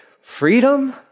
freedom